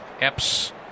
Epps